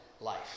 life